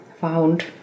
found